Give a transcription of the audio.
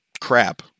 crap